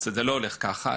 זה לא הולך ככה,